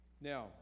Now